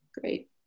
Great